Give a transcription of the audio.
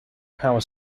power